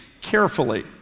carefully